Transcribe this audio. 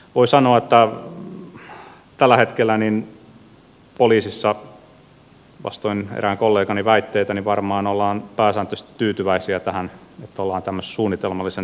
voi sanoa että tällä hetkellä poliisissa vastoin erään kollegani väitteitä varmaan ollaan pääsääntöisesti tyytyväisiä tähän että ollaan tämmöisessä suunnitelmallisen toiminnan tilassa